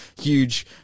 huge